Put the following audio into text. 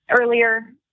earlier